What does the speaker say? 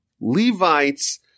Levites